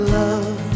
love